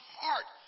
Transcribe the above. heart